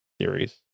Series